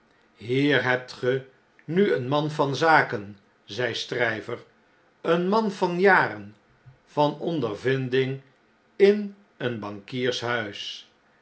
hier hebt ge nu een man van zaken zei stryver een man van jaren van ondervinding in een bankiers